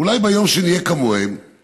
אולי ביום שנהיה כמוהם